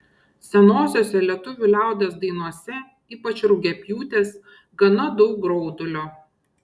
senosiose lietuvių liaudies dainose ypač rugiapjūtės gana daug graudulio